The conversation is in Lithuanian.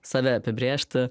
save apibrėžti